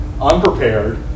unprepared